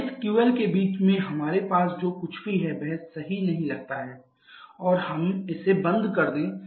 और इस QL के बीच में हमारे पास जो कुछ भी है वह सही नहीं लगता है और हम इसे बंद कर दें